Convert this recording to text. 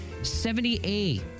70A